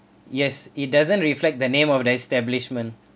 yes it doesn't reflect the name of the establishment